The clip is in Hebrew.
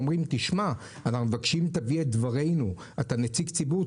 שמבקשים שאביא את דבריהם כנציג ציבור.